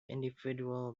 individual